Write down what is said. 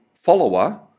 follower